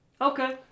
Okay